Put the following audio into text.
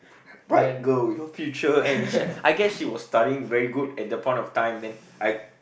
bright girl you know future and sh~ I guess she was studying very good at that point of time then I